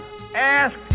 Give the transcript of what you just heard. ask